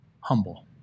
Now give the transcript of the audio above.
Humble